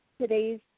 today's